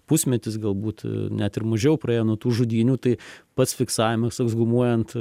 pusmetis galbūt net ir mažiau praėjo nuo tų žudynių tai pats fiksavimas ekshumuojant